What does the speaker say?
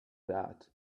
that